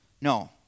No